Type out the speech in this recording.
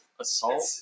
Assault